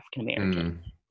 African-American